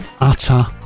utter